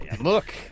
look